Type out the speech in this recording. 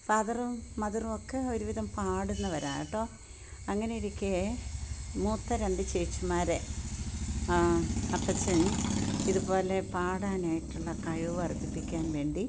ഫാദറും മദറും ഒക്കെ ഒരുവിധം പാടുന്നവരാട്ടോ അങ്ങനെയിരിക്കേ മൂത്ത രണ്ട് ചേച്ചിമാരെ അപ്പച്ചൻ ഇതുപോലെ പാടാനായിട്ട് ഉള്ള കഴിവ് വർധിപ്പിക്കാൻ വേണ്ടി